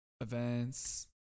events